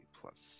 plus